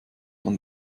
man